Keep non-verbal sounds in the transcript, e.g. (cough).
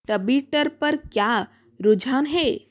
(unintelligible) पर क्या रुझान है